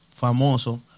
famoso